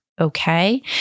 okay